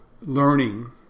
learning